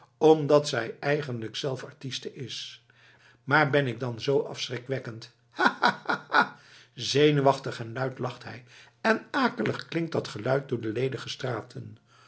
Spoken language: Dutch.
omdat zij eigenlijk zelf artiste is maar ben ik dan zoo afschrikwekkend ha ha ha ha zenuwachtig en luid lacht hij en akelig klinkt dat geluid door de ledige straten